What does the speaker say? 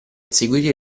seguire